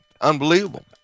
Unbelievable